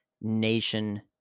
nation